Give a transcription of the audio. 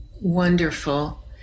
Wonderful